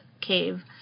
cave